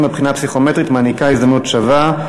הבחינה הפסיכומטרית מעניקה הזדמנות שווה?